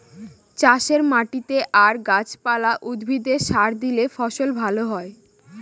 চাষের মাটিতে আর গাছ পালা, উদ্ভিদে সার দিলে ফসল ভালো হয়